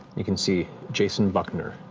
you can see jason buckner,